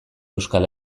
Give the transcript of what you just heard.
euskal